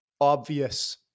obvious